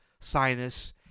sinus